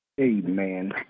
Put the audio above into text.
Amen